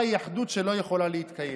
מהי אחדות שלא יכולה להתקיים.